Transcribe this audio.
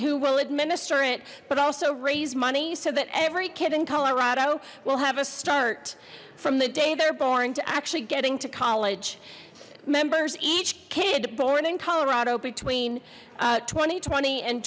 who will administer it but also raise money so that every kid in colorado will have a start from the day they're born to actually getting to college members each kid born in colorado between two thousand and twenty and